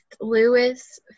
lewis